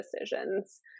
decisions